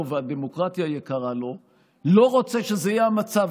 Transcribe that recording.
והדמוקרטיה יקרה לו לא רוצה שזה יהיה המצב,